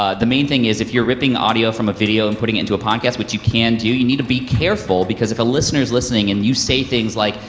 ah the main thing is, if you're ripping audio from a video and putting it into a podcast, which you can do, you need to be careful, because if a listener's listening and you say things like,